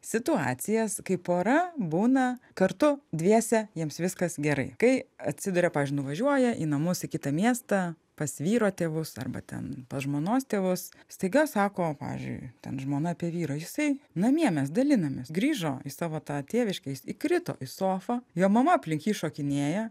situacijas kai pora būna kartu dviese jiems viskas gerai kai atsiduria pavyzdžiui nuvažiuoja į namus į kitą miestą pas vyro tėvus arba ten pas žmonos tėvus staiga sako pavyzdžiui ten žmona apie vyrą jisai namie mes dalinamės grįžo į savo tą tėviškę jis įkrito į sofą jo mama aplink jį šokinėja